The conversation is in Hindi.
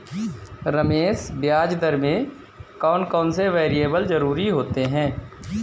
रमेश ब्याज दर में कौन कौन से वेरिएबल जरूरी होते हैं?